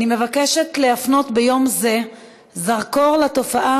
אני מבקשת להפנות ביום זה זרקור לתופעת